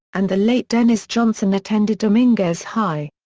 and the late dennis johnson attended dominguez high.